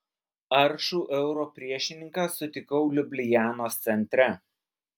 aršų euro priešininką sutikau liublianos centre